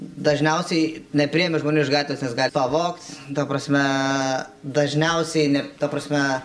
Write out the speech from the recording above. dažniausiai nepriimi žmonių iš gatvės nes gal pavogs ta prasme dažniausiai ne ta prasme